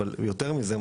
אבל יותר מזה,